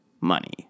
money